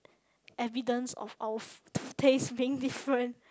evidence of our two taste being different